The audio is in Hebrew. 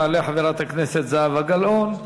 תעלה חברת הכנסת זהבה גלאון,